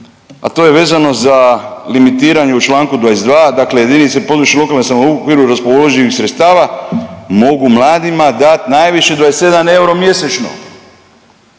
a to je vezano za limitiranje u čl. 22, dakle jedinice područne i lokalne samouprave u okviru raspoloživih sredstava mogu mladima dati najviše 27 euro mjesečno.